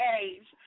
age